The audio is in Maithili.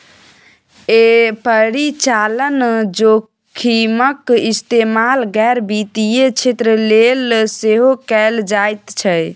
परिचालन जोखिमक इस्तेमाल गैर वित्तीय क्षेत्र लेल सेहो कैल जाइत छै